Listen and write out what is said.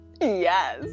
Yes